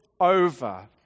over